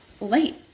late